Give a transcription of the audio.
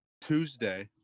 Tuesday